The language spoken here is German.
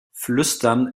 flüstern